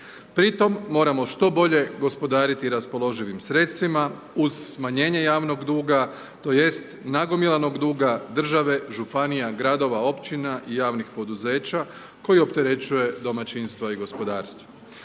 Pri tom moramo što bolje gospodariti raspoloživim sredstvima uz smanjenje javnog duga tj. nagomilanog duga države, županija, gradova, općina i javnih poduzeća koji opterećuje domaćinstva i gospodarstvo.